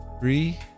three